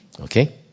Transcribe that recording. Okay